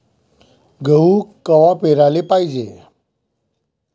गहू कवा पेराले पायजे?